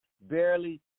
barely